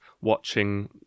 watching